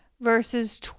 Verses